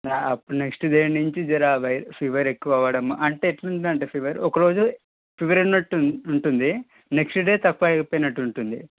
అప్పుడు next day నుంచి జరా వై ఫీవర్ ఎక్కువ అవ్వడం అంటే ఎట్ల ఉంటుంది అంటే ఫివర్ ఒకరోజు ఫీవర్ ఉన్నట్టు ఉంటుంది నెక్స్ట్ డే తక్కువ అయిపోయినట్టు ఉంటుంది